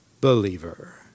believer